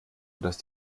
sodass